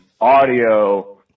audio